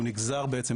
הוא נגזר בעצם